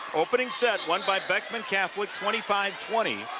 opening set won by beckman catholic, twenty five twenty,